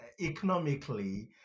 economically